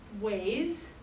ways